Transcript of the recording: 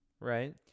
Right